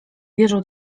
wierzą